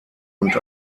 und